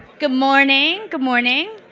good morning. good morning.